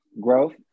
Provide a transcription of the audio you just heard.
Growth